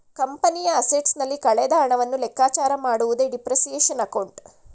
ಕಂಪನಿಯ ಅಸೆಟ್ಸ್ ನಲ್ಲಿ ಕಳೆದ ಹಣವನ್ನು ಲೆಕ್ಕಚಾರ ಮಾಡುವುದೇ ಡಿಪ್ರಿಸಿಯೇಶನ್ ಅಕೌಂಟ್